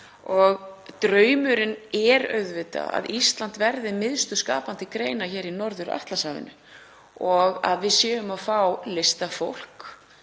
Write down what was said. Draumurinn er auðvitað að Ísland verði miðstöð skapandi greina í Norður-Atlantshafinu og að við fáum listafólk,